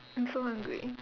I'm so hungry